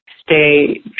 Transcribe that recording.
stay